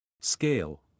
Scale